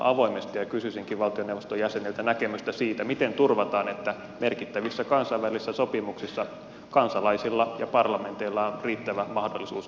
kysyisinkin valtioneuvoston jäseniltä näkemystä siitä miten turvataan että merkittävissä kansainvälisissä sopimuksissa kansalaisilla ja parlamenteilla on riittävä mahdollisuus oikean tiedon saantiin